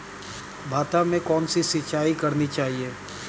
भाता में कौन सी सिंचाई करनी चाहिये?